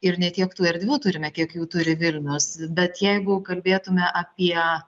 ir ne tiek tų erdvių turime kiek jų turi vilnius bet jeigu kalbėtume apie